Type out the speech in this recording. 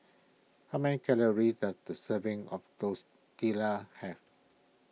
how many calories does a serving of Tortillas have